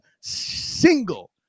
single